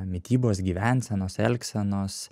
mitybos gyvensenos elgsenos